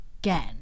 again